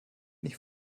nicht